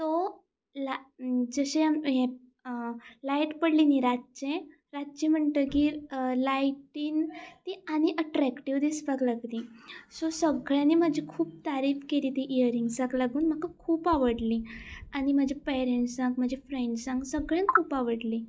तो जशे लायट पडली न्ही रातचे रातचे म्हणटगीर लायटीन ती आनी अट्रेक्टीव दिसपाक लागली सो सगळ्यांनी म्हाजी खूब तारीफ केली ती इयरिंग्सांक लागून म्हाका खूब आवडली आनी म्हज्या पेरेंट्सांक म्हज्या फ्रेंड्सांक सगळ्यांक खूब आवडली